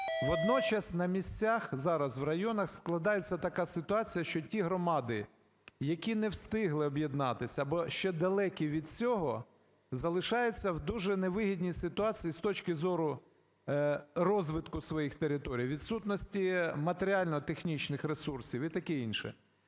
Водночас на місцях зараз, в районах складається така ситуація, що ті громади, які не встигли об'єднатися або ще далекі від цього, залишаються в дуже невигідній ситуації з точки зору розвитку своїх територій, відсутності матеріально-технічних ресурсів і таке інше.